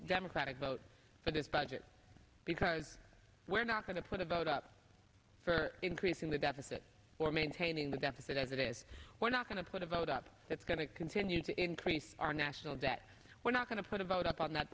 democratic vote for this budget because we're not going to put a vote up for increasing the deficit or maintaining the deficit as it is we're not going to put a vote up that's going to continue to increase our national debt we're not going to put a vote up on that